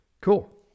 Cool